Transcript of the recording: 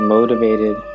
Motivated